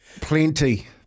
Plenty